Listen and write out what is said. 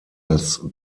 als